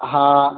हाँ